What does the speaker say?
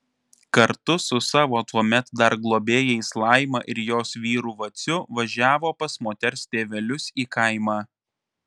kartu su savo tuomet dar globėjais laima ir jos vyru vaciu važiavo pas moters tėvelius į kaimą